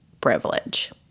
privilege